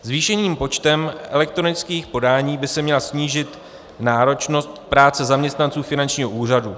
Zvýšeným počtem elektronických podání by se měla snížit náročnost práce zaměstnanců finančního úřadu.